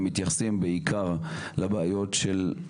הם מתייחסים בעיקר לבעיות של,